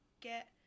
get